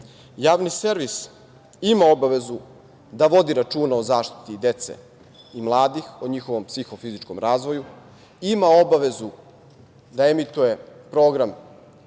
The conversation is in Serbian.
javni servis ima obavezu da vodi računa o zaštiti dece i mladih, o njihovom psihofizičkom razvoju, ima obavezu da emituje program